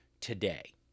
today